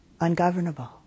ungovernable